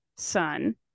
son